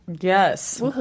Yes